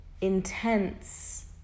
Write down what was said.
intense